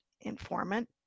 informant